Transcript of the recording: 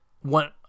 one